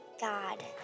God